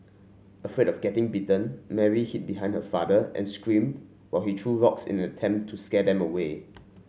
afraid of getting bitten Mary hid behind her father and screamed while he threw rocks in an attempt to scare them away